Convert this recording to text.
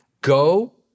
go